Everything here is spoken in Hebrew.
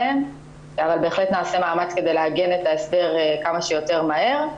אבל בהחלט נעשה מאמץ כדי לעגן את ההסדר כמה שיותר מהר.